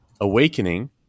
Awakening